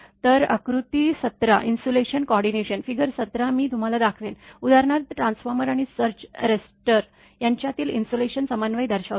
तर आकृती सतरा इन्सुलेशन कोऑर्डिनेशन फिगर 17 मी तुम्हाला दाखवेन उदाहरणार्थ ट्रान्सफॉर्मर आणि सर्ज एस्टर यांच्यातील इन्सुलेशन समन्वय दर्शवतो